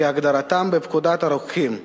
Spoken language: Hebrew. כהגדרתם בפקודת הרוקחים ,